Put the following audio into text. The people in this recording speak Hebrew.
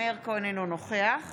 אינו נוכח